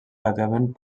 relativament